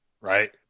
Right